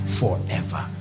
forever